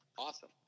Awesome